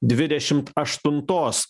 dvidešimt aštuntos